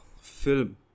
film